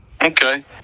Okay